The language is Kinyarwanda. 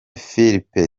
philippe